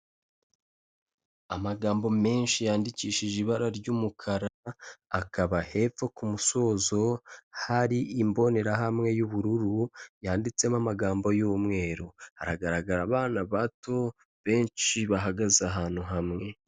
Amagambo menshi yandikishije ibara ry'umukara akaba hepfo ku musozo hari imbonerahamwe y'ubururu yanditsemo amagambo y'umweru, haragaragara abana bato benshi bahagaze ahantu hamwe.